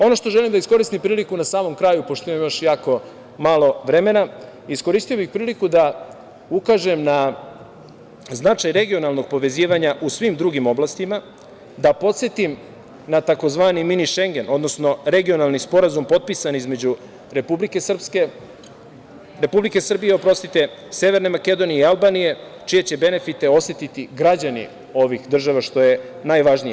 Ono što želim da iskoristim priliku na samom kraju, pošto imam još jako malo vremena, iskoristio bih priliku da ukažem na značaj regionalnog povezivanja u svim drugim oblastima, da podsetim na tzv. Mini šengen, regionalni sporazum potpisan između Republike Srbije, Severne Makedonije i Albanije, čije će benefite osetiti građani ovih država, što je najvažnije.